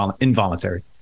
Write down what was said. involuntary